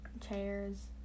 chairs